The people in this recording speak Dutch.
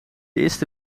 eerste